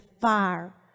fire